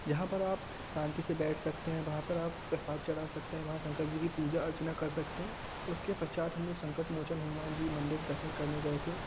जहाँ पर आप शांति से बैठ सकते है वहाँ पर प्रसाद चढ़ा सकते हैं वहाँ शंकर जी की पूजा अर्चना कर सकते हैं उसके पश्चात हम लोग संकट मोचन हनुमान जी मंदिर दर्शन करने गए थे